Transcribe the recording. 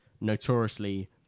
notoriously